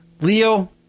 Leo